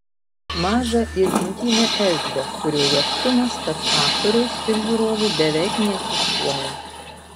mažą ir intymią erdvę kurioje atstumas tarp aktoriaus ir žiūrovų beveik neegzistuoja